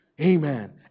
Amen